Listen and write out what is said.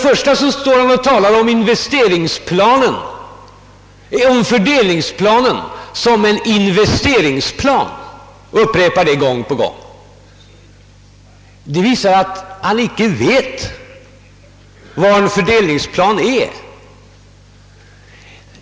Först och främst talade han om fördelningsplanen som en investeringsplan och upprepade det gång på gång. Det visar att han inte vet vad en fördelningsplan är.